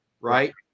right